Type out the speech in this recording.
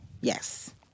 Yes